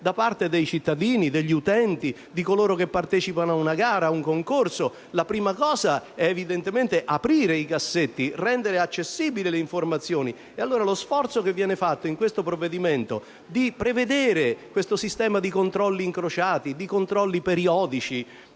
da parte dei cittadini, degli utenti, di coloro che partecipano ad una gara, ad un concorso? La prima cosa è evidentemente aprire i cassetti, rendere accessibili le informazioni. Allora, lo sforzo che viene fatto in questo faticoso provvedimento è quello di prevedere un sistema di controlli incrociati e periodici